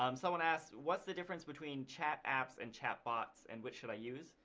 um someone asks, what's the difference between chat apps and chat bots and which should i use?